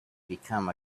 become